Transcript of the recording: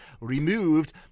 removed